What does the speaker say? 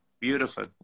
Beautiful